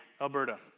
Alberta